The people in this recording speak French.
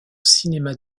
cinéma